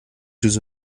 jeux